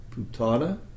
Putana